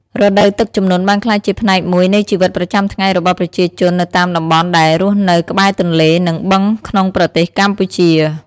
រដូវទឹកជំនន់បានក្លាយជាផ្នែកមួយនៃជីវិតប្រចាំថ្ងៃរបស់ប្រជាជននៅតាមតំបន់ដែលរស់នៅក្បែរទន្លេនិងបឹងក្នុងប្រទេសកម្ពុជា។